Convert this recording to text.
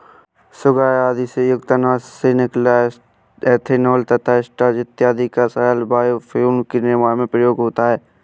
sugar आदि से युक्त अनाज से निकला इथेनॉल तथा स्टार्च इत्यादि का तरल बायोफ्यूल के निर्माण में प्रयोग होता है